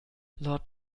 lord